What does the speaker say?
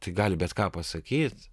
tai gali bet ką pasakyt